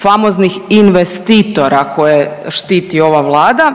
famoznih investitora koje štiti ova Vlada,